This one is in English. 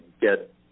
get